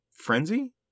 frenzy